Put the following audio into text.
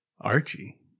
archie